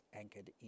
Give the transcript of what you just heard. anchored